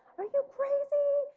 are you crazy?